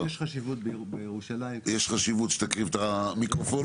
-- יש חשיבות גדולה בירושלים לקברי שדה.